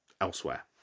elsewhere